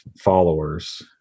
followers